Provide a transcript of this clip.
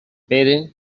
pere